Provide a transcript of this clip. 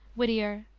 whittier,